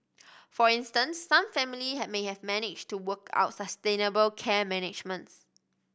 for instance some families have may managed to work out sustainable care arrangements